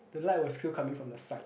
the light will still come in from the side